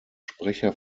sprecher